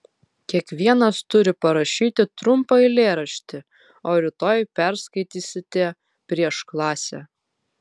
kiekvienas turi parašyti trumpą eilėraštį o rytoj perskaitysite prieš klasę